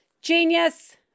Genius